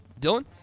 Dylan